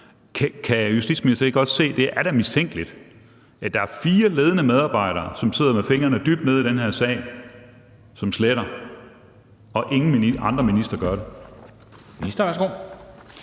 Kan justitsministeren ikke godt se, at det da er mistænkeligt, at der er fire ledende medarbejdere, som sidder med fingrene, dybt nede i den her sag, som sletter, og at ingen andre ministre gør det? Kl.